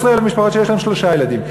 וב-13,000 משפחות יש שלושה ילדים.